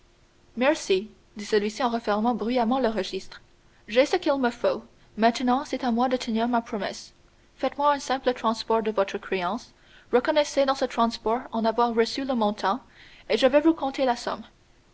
merci dit celui-ci en refermant bruyamment le registre j'ai ce qu'il me faut maintenant c'est à moi de tenir ma promesse faites-moi un simple transport de votre créance reconnaissez dans ce transport en avoir reçu le montant et je vais vous compter la somme